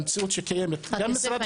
במציאות הקיימת --- יוסף,